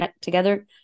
together